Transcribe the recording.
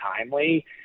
timely